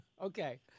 Okay